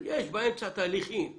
יש תהליכים באמצע.